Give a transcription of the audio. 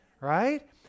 right